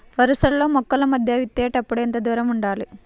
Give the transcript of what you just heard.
వరసలలో మొక్కల మధ్య విత్తేప్పుడు ఎంతదూరం ఉండాలి?